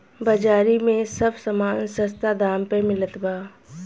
बाजारी में सब समान सस्ता दाम पे मिलत बा